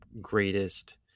greatest